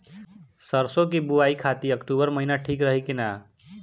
सरसों की बुवाई खाती अक्टूबर महीना ठीक रही की ना?